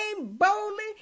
boldly